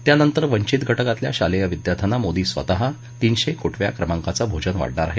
त्यानंतर वंचित घटकातल्या शालेय विदयार्थ्यांना मोदी स्वतः तीनशे कोटव्या क्रमाकांचं भोजन वाढणार आहेत